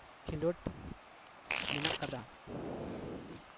ᱠᱷᱮᱞᱳᱰ ᱢᱮᱱᱟᱜ ᱠᱟᱫᱟ